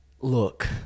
Look